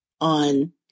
on